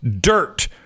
dirt